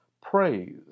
praise